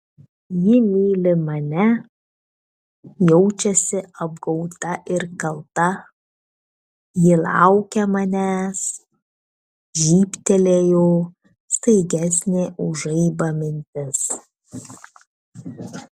ji myli mane jaučiasi apgauta ir kalta ji laukia manęs žybtelėjo staigesnė už žaibą mintis